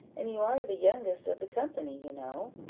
and you are the youngest of the company, you know.